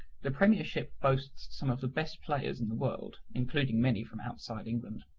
the premiership boasts some of the best players in the world, including many from outside england.